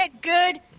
good